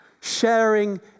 sharing